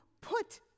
put